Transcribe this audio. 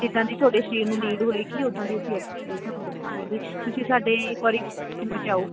ਜਿੱਦਾਂ ਦੀ ਤੁਹਾਡੇ ਸਰੀਰ ਨੂੰ ਨੀਡ ਹੋਏਗੀ ਉੱਦਾਂ ਦੀ ਅਸੀਂ ਐਕਸਾਈਜ ਤੁਹਾਨੂੰ ਦੱਸਾਂਗੇ ਜੀ ਤੁਸੀਂ ਸਾਡੇ ਇੱਕ ਵਾਰੀ ਜਿੰਮ 'ਚ ਆਓ